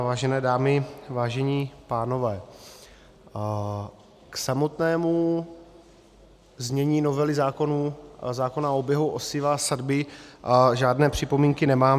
Vážené dámy, vážení pánové, k samotnému znění novely zákona o oběhu osiva a sadby žádné připomínky nemám.